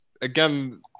again